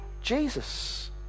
Jesus